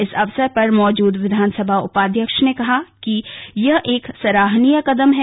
इस अवसर पर मौजूद विधानसभा उपाध्यक्ष ने कहा कि यह एक सराहनीय कदम है